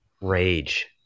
Rage